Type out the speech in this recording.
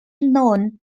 known